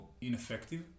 ineffective